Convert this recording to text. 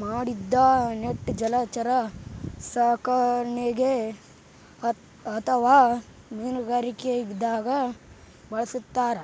ಮಾಡಿದ್ದ್ ನೆಟ್ ಜಲಚರ ಸಾಕಣೆಗ್ ಅಥವಾ ಮೀನುಗಾರಿಕೆದಾಗ್ ಬಳಸ್ತಾರ್